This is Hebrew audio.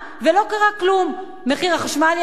ולא קרה כלום: מחיר החשמל יעלה,